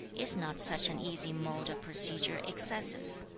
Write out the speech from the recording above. is not such an easy mode of procedure excessive